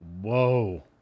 Whoa